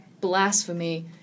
blasphemy